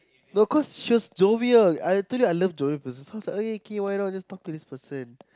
no cause she was jovial I told you I love jovial person so I was like okay why not just talk to this person